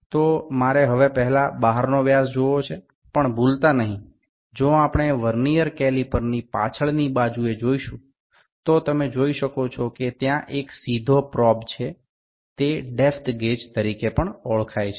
તો મારે હવે પહેલા બહારનો વ્યાસ જોવો છે પણ ભૂલતા નહીં જો આપણે વર્નિઅર કેલીપરની પાછળની બાજુએ જોઈશું તો તમે જોઈ શકો છો કે ત્યાં એક સીધો પ્રોબ છે તે ડેપ્થ ગેજ તરીકે પણ ઓળખાય છે